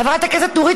חברת הכנסת נורית,